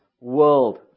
world